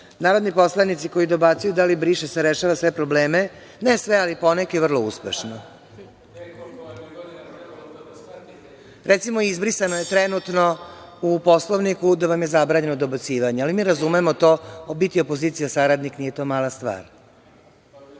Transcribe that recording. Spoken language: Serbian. poslanici koji dobacuju da li briše se rešava sve probleme, ne sve, ali po neki vrlo uspešno. Recimo, izbrisano je, trenutno, u Poslovniku da vam je zabranjeno dobacivanje, ali mi razumemo to, opet je opozicija saradnik nije to mala